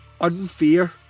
unfair